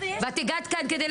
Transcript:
אני לא יוצאת.